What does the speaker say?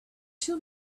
two